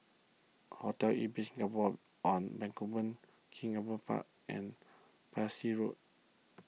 Hotel Ibis Singapore on Bencoolen King Albert Park and Parsi Road